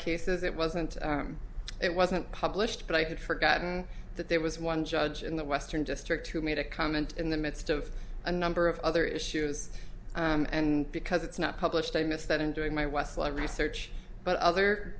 cases it wasn't it wasn't published but i had forgotten that there was one judge in the western district who made a comment in the midst of a number of other issues and because it's not published i missed that in doing my westlaw research but other